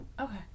Okay